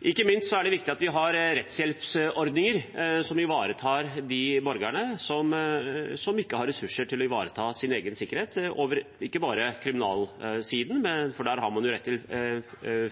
Ikke minst er det viktig at vi har rettshjelpsordninger som ivaretar de borgerne som ikke har ressurser til å ivareta sin egen rettssikkerhet – ikke bare på kriminalsiden, for der har man jo rett til